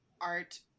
art